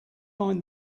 find